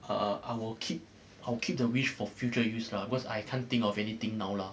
I will keep I'll keep the wish for future use lah because I can't think of anything now lah